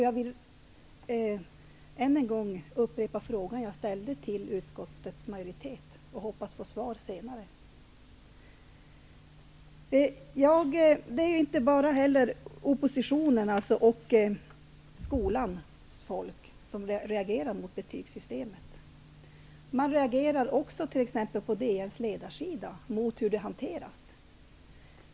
Jag vill påminna om frågan jag ställde till utskottets majoritet och hoppas få svar senare. Det är inte heller bara oppositionen och skolans folk som reagerar mot betygssystemet. Man reagerar också på t.ex. DN:s ledarsida mot hur detta hanteras.